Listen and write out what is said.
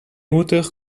auteur